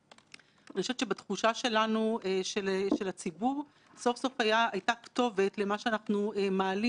כשהכנסת אומרת: אני מבינה שיש בעיות ורוצה להתמודד ולפתור אותן.